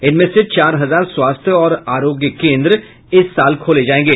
इनमें से चार हजार स्वास्थ्य और आरोग्य केंद्र इस साल खोले जाएंगे